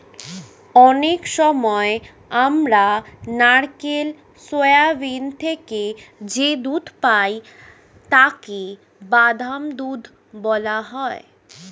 অনেক সময় আমরা নারকেল, সোয়াবিন থেকে যে দুধ পাই তাকে বাদাম দুধ বলা হয়